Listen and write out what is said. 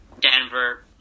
Denver